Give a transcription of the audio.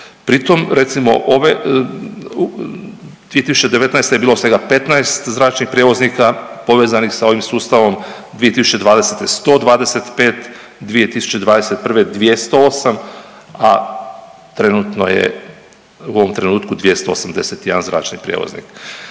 Pritom recimo ove 2019. je bilo svega 15 zračnih prijevoznika povezanih sa ovim sustavom, 2020. 2020. 125, 2021. 208, a trenutno je u ovom trenutku 281 zračni prijevoznik.